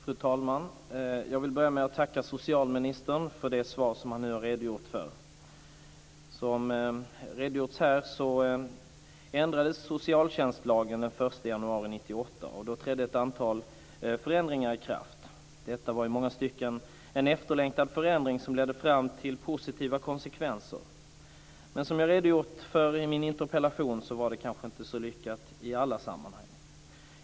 Fru talman! Jag vill börja att tacka socialministern för det svar som han nu har redogjort för. Som redogjorts här ändrades socialtjästlagen den 1 januari 1998. Då trädde ett antal förändringar i kraft. Detta var i många stycken en efterlängtad förändring som ledde fram till positiva konsekvenser. Men som jag redogjort för i min interpellation var det kanske inte så lyckat i alla sammanhang.